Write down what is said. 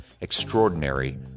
Extraordinary